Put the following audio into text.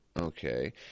okay